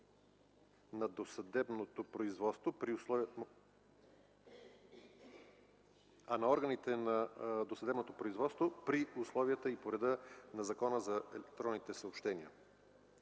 на досъдебното производство – при условията и по реда на Закона за електронните съобщения.